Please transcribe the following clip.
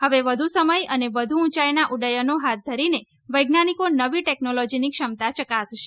હવે વધુ સમય અને વધુ ઊંચાઈના ઉદ્દયનો હાથ ધરીને વૈજ્ઞાનિકો નવી ટેકનોલોજીની ક્ષમતા ચકાસશે